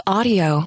Audio